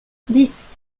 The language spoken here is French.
dix